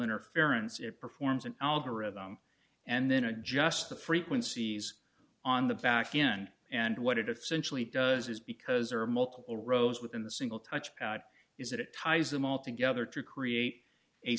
interference it performs an algorithm and then adjust the frequencies on the backend and what if centrally does is because there are multiple rows within the single touch pad is that it ties them all together to create a